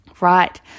Right